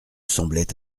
semblaient